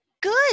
Good